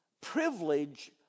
Privilege